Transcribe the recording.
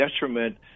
detriment